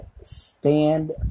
Stand